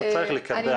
צריך לקפח אותם.